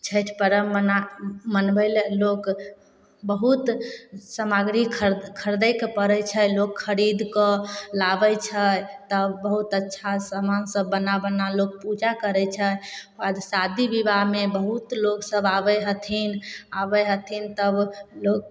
छठि पर्ब मना मनबैलए लोक बहुत समाग्री खर खरिदैके पड़ै छै लोक खरीदकऽ लाबै छै तब बहुत अच्छा समान सब बना बना लोक पूजा करै छनि आओर शादी विवाहमे बहुत लोकसब आबै हथिन आबै हथिन तब लोक